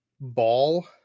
ball